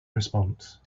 response